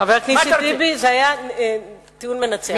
חבר הכנסת טיבי, זה היה טיעון מנצח.